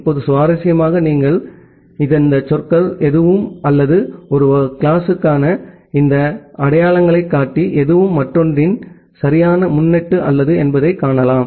இப்போது சுவாரஸ்யமாக இங்கே நீங்கள் இந்த சொற்கள் எதுவும் அல்லது ஒரு வகுப்பிற்கான இந்த அடையாளங்காட்டி எதுவும் மற்றொன்றின் சரியான முன்னொட்டு அல்ல என்பதைக் காணலாம்